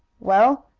well,